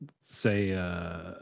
say